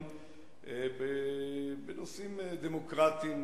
בנושאים דמוקרטיים.